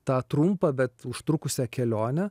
tą trumpą bet užtrukusią kelionę